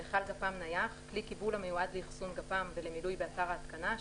"מכל גפ"מ נייח" - כלי קיבול המיועד לאחסון גפ"מ ולמילוי באתר ההתקנה,